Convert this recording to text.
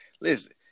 Listen